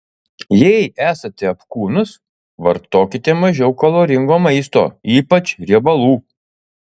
jei esate apkūnus vartokite mažiau kaloringo maisto ypač riebalų